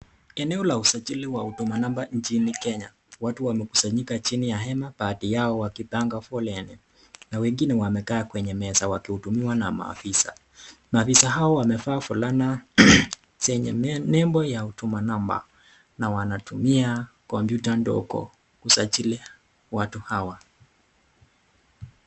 Eneo la usajili wa huduma namba nchini Kenya. Watu wamekusanyika chini ya hema, baadhi yao wakipanga foleni na wengine wamekaa kwenye meza wakihudumiwa na maafisa. Maafisa hawa wamevaa fulana zenye nembo ya huduma namba na wanatumia kompyuta ndogo kusajili watu hawa.